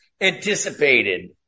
anticipated